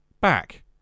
back